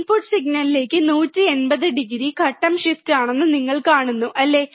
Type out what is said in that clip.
input സിഗ്നലിലേക്ക് 180 degree ഘട്ടം shift ആണെന്ന് നിങ്ങൾ കാണുന്നു അല്ലേ